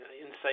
insight